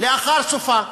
לאחר סופה.